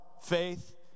faith